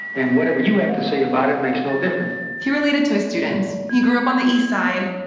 and whatever you have to say about it makes no difference he related to his students. he grew up on the eastside.